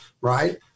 Right